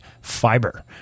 fiber